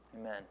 Amen